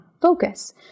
focus